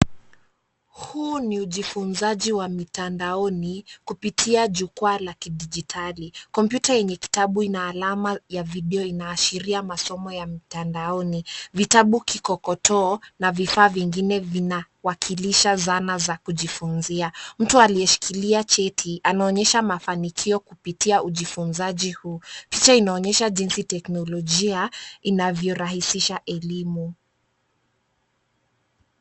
Huu ni ujifunzaji wa mitandaoni kupitia jukwaa la kidijitali. Kompyuta yenye kitabu ina alama ya video inaashiria masomo ya mtandaoni. Vitabu, kikokotoo na vifaa vingine vinawakilisha zana za kuijfunzia. Mtu aliyeshikilia cheti anaonyesha mafanikio kupitia ujifunzaji huu. Picha inaonyesha jinsi teknolojia inavyorahisisha elimu.